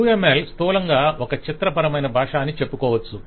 UML స్థూలంగా ఒక చిత్రపరమైన భాష అని చెప్పుకోవచ్చు